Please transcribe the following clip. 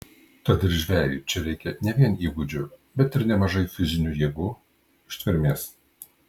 tad ir žvejui čia reikia ne vien įgūdžių bet ir nemažai fizinių jėgų ištvermės